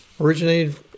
originated